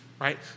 right